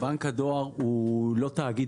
בנק הדואר אינו תאגיד